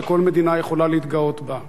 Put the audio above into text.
שכל מדינה יכולה להתגאות בו.